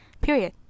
period